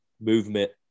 movement